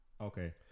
okay